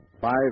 Five